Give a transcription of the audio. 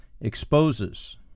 exposes